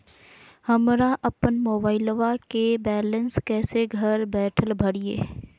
हमरा अपन मोबाइलबा के बैलेंस कैसे घर बैठल भरिए?